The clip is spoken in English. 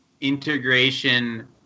integration